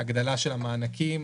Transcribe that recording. הגדלה של המענקים,